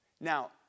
now